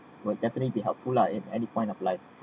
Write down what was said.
will definitely be helpful lah at any point of life